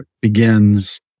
begins